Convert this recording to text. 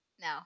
No